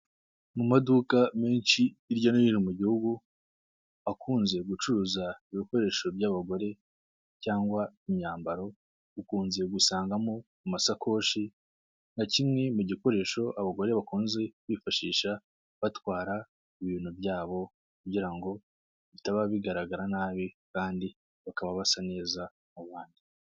Mu maduka menshi hirya no hino mu gihugu, akunze gucuruza ibikoresho by'abagore cyangwa imyambaro, ukunze gusangamo amasakoshi nka kimwe mu gikoresho abagore bakunze kwifashisha batwara ibintu byabo, kugira ngo bitaba bigaragara nabi kandi bakaba basa neza mu bandi.